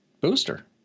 booster